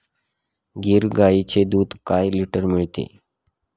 गीर गाईचे दूध काय लिटर मिळते?